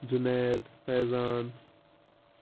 Junaid Faizan